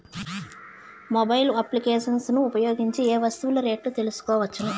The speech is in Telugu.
మొబైల్ అప్లికేషన్స్ ను ఉపయోగించి ఏ ఏ వస్తువులు రేట్లు తెలుసుకోవచ్చును?